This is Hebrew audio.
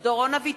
(קוראת בשמות חברי הכנסת) דורון אביטל,